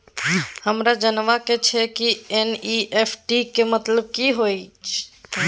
हमरा जनबा के छै की एन.ई.एफ.टी के मतलब की होए है?